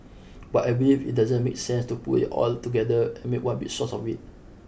but I believe it doesn't make sense to put it all together and make one big sauce of it